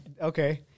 okay